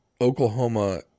Oklahoma